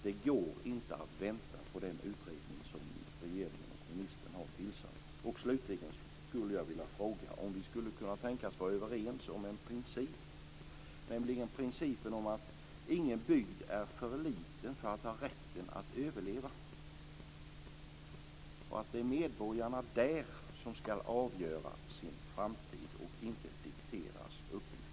Det går inte att vänta på den utredning som regeringen och ministern har tillsatt. Slutligen vill jag fråga om vi skulle kunna tänkas vara överens om en princip, nämligen principen att ingen bygd är för liten för att ha rätten att överleva och att det är medborgarna där som ska avgöra sin framtid och att den inte ska dikteras uppifrån.